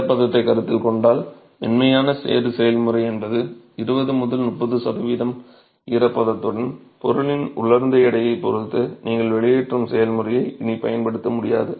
ஈரப்பதத்தை கருத்தில் கொண்டால் மென்மையான சேறு செயல்முறை என்பது 20 முதல் 30 சதவிகிதம் ஈரப்பதத்துடன் பொருளின் உலர்ந்த எடையைப் பொறுத்து நீங்கள் வெளியேற்றும் செயல்முறையை இனி பயன்படுத்த முடியாது